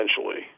essentially